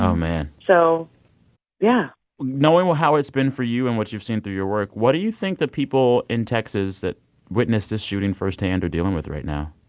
oh, man so yeah knowing how it's been for you and what you've seen through your work, what do you think the people in texas that witnessed this shooting firsthand are dealing with right now?